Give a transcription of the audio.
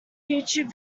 youtube